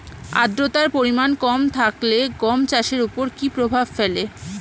আদ্রতার পরিমাণ কম থাকলে গম চাষের ওপর কী প্রভাব ফেলে?